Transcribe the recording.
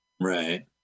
Right